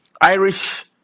Irish